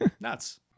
Nuts